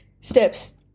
steps